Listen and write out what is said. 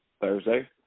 Thursday